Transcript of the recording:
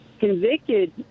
convicted